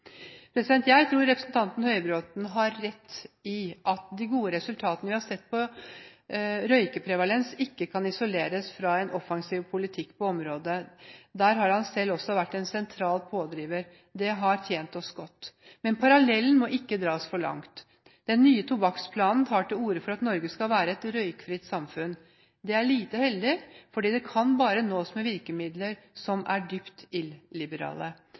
Jeg tror representanten Høybråten har rett i at de gode resultatene vi har sett på røykeprevalens, ikke kan isoleres fra en offensiv politikk på området. Der har han også selv vært en sentral pådriver. Det har tjent oss godt. Men parallellen må ikke dras for langt. Den nye tobakksplanen tar til orde for at Norge skal være et røykfritt samfunn. Det er lite heldig, for det kan bare nås med virkemidler som er dypt illiberale.